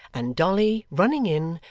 and dolly, running in,